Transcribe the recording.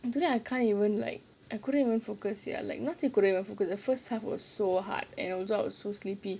because I can't even like I couldn't even focus ya like I forgot the first half was so hard and also I was so sleepy